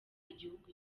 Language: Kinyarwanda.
igihugu